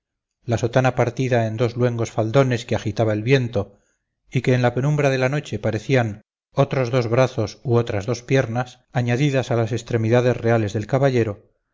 la sotana partida en dos luengos faldones que agitaba el viento y que en la penumbra de la noche parecían otros dos brazos u otras dos piernas añadidas a las extremidades reales del caballero